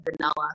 vanilla